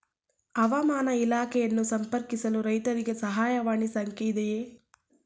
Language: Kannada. ಹವಾಮಾನ ಇಲಾಖೆಯನ್ನು ಸಂಪರ್ಕಿಸಲು ರೈತರಿಗೆ ಸಹಾಯವಾಣಿ ಸಂಖ್ಯೆ ಇದೆಯೇ?